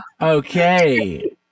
Okay